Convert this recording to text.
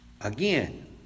again